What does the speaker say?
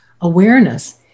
awareness